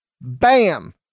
bam